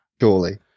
Surely